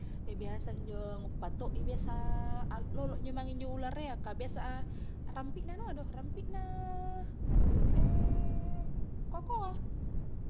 biasa injo nguppa to i biasa aklolo injo mange ulara iya ka biasa a rampikna anua do rampikna kokoa